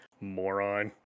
moron